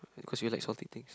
cause you like salty thing